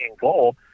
goal